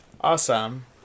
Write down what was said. Awesome